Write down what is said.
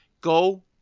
go